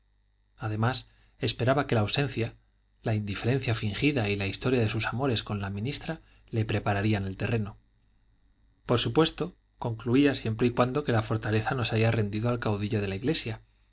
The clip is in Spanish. además esperaba que la ausencia la indiferencia fingida y la historia de sus amores con la ministra le prepararían el terreno por supuesto concluía siempre y cuando que la fortaleza no se haya rendido al caudillo de la iglesia